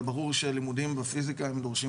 אבל ברור שהלימודים בפיזיקה דורשים